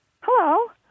Hello